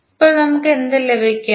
ഇപ്പോൾ നമുക്ക് എന്ത് ലഭിക്കും